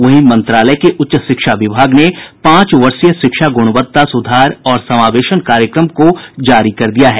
वहीं मंत्रालय के उच्च शिक्षा विभाग ने पांच वर्षीय शिक्षा गुणवत्ता सुधार और समावेशन कार्यक्रम को जारी कर दिया है